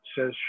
Says